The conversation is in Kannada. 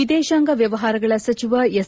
ವಿದೇಶಾಂಗ ವ್ಲವಹಾರಗಳ ಸಚಿವ ಎಸ್